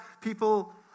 people